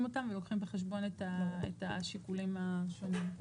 אותם ולוקחים בחשבון את השיקולים השונים.